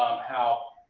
um how,